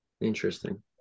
Interesting